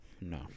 No